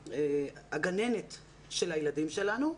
הגננת של הילדים שלנו.